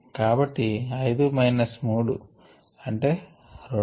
కాబ్బట్టి five minus 3 అంటే 2